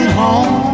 home